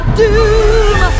doom